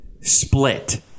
split